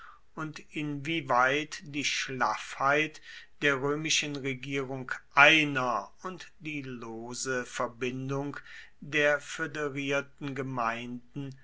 und inwieweit die schlaffheit der römischen regierung einer und die lose verbindung der föderierten gemeinden